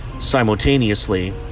simultaneously